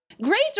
great